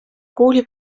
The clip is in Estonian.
kooli